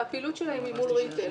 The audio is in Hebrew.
הפעילות שלהם היא מול ריטייל.